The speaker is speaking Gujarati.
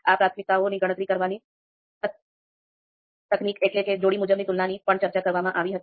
આ પ્રાથમિકતાઓની ગણતરી કરવાની તકનીક એટલે કે જોડી મુજબની તુલનાની પણ ચર્ચા કરવામાં આવી હતી